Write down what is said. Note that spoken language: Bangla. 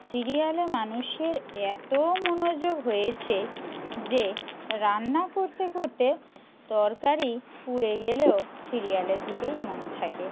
সিরিয়ালে মানুষের এতো মনোযোগ হয়েছে যে রান্না করতে করতে তরকারি পুড়ে গেলেও সিরিয়ালের দিকেই মন থাকে